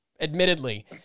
admittedly